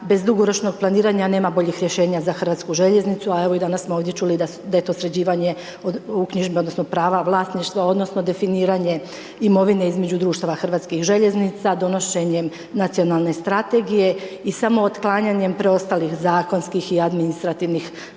bez dugoročnih planiranja, nema boljih rješenja za Hrvatsku željeznicu, a evo i danas smo ovdje čuli da je to sređivanje uknjižba odnosno, prava vlasništva, odnosno, definiranje imovine između društava Hrvatskih željeznica, donošenje nacionalne strategije i samo otklanjanjem preostalih zakonskih i administrativnih barijera,